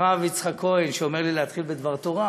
הרב יצחק כהן שאומר לי להתחיל בדבר תורה,